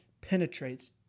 penetrates